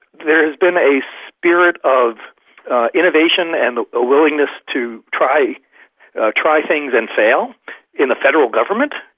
there has been a spirit of innovation and a willingness to try try things and fail in the federal government,